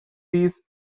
these